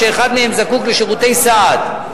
או שאחד מהם זקוק לשירותי סעד.